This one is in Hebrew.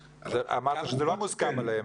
אמרת שזה לא מוסכם עליהם,